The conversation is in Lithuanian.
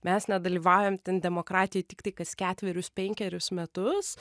mes nedalyvaujam ten demokratijoj tiktai kas ketverius penkerius metus